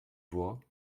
voix